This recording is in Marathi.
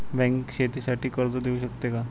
बँक शेतीसाठी कर्ज देऊ शकते का?